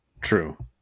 true